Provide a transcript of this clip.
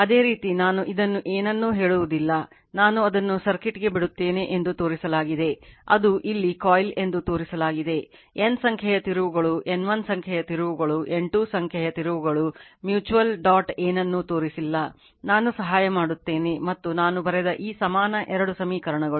ಅದೇ ರೀತಿ ನಾನು ಇದನ್ನು ಏನನ್ನೂ ಹೇಳುವುದಿಲ್ಲ ನಾನು ಅದನ್ನು ಸರ್ಕ್ಯೂಟ್ಗೆ ಬಿಡುತ್ತೇನೆ ಎಂದು ತೋರಿಸಲಾಗಿದೆ ಅದು ಇಲ್ಲಿ ಕಾಯಿಲ್ ಎಂದು ತೋರಿಸಲಾಗಿದೆ N ಸಂಖ್ಯೆಯ ತಿರುವುಗಳು N 1 ಸಂಖ್ಯೆಯ ತಿರುವುಗಳು N 2 ಸಂಖ್ಯೆಯ ತಿರುವುಗಳು ಮ್ಯೂಚುವಲ್ ಡಾಟ್ ಏನನ್ನೂ ತೋರಿಸಿಲ್ಲ ನಾನು ಸಹಾಯ ಮಾಡುತ್ತೇನೆ ಮತ್ತು ನಾನು ಬರೆದ ಈ ಸಮಾನ ಎರಡು ಸಮೀಕರಣಗಳು